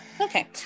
okay